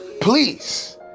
please